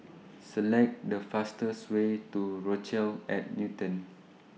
Select The fastest Way to Rochelle At Newton